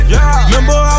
Remember